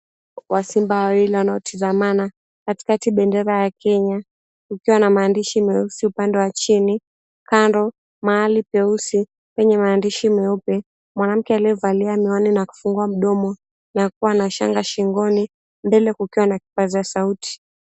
Wasimba wawili wanaotizamana, katikati bendera ya Kenya, kukiwa na maandishi meusi upande wa chini. Kando mahali peusi penye maandishi mweupe, mwanamke aliyevalia miwani na kufungua mdomo na kuwa na shanga shingoni, mbele kukiwa na kipaza sauti.